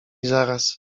zaraz